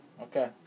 Okay